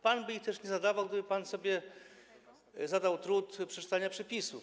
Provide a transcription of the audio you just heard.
Pan by ich też nie zadawał, gdyby pan sobie zadał trud przeczytania przepisów.